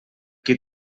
qui